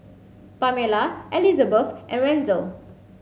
Pamella Elisabeth and Wenzel